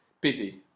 busy